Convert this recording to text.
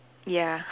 ya